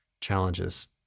challenges